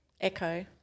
Echo